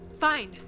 fine